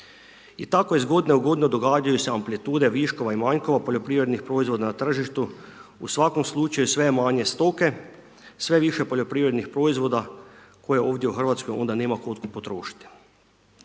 I tako iz godine u godinu događaju se amplitude viškova i manjkova poljoprivrednih proizvoda na tržištu, u svakom slučaju sve je manje stoke, sve je više poljoprivrednih proizvoda koje ovdje u RH onda nema tko potrošiti.